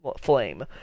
flame